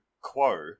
quo